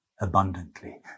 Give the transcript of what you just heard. abundantly